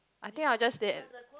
I think I just did